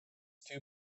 too